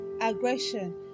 aggression